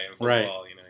right